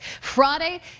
Friday